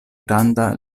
granda